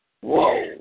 Whoa